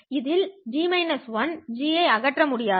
இதில் G ஐ அகற்ற முடியாது